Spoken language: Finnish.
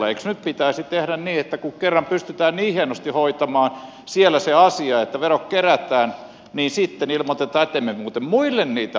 eikö nyt pitäisi tehdä niin että kun kerran pystytään niin hienosti hoitamaan siellä se asia että verot kerätään niin sitten ei ilmoiteta ettemme muuten muille niitä maksa